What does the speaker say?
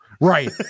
Right